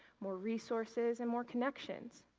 more resources, and more connections.